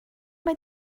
mae